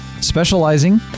Specializing